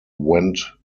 went